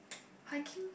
hiking